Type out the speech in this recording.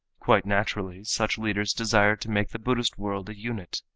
quite naturally such leaders desire to make the buddhist world a unit.